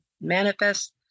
manifest